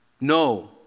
No